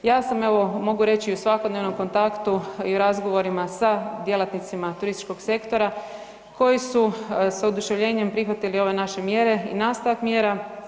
Ja sam evo mogu reći u svakodnevnom kontaktu i u razgovorima sa djelatnicima turističkog sektora koji su s oduševljenjem prihvatili ove naše mjere i nastavak mjera.